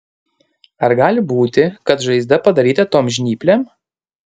ar gali būti kad žaizda padaryta tom žnyplėm